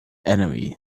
enemy